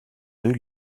deux